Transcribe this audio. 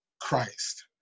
Christ